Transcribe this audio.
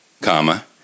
comma